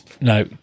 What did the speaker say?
no